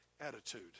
attitude